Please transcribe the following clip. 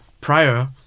prior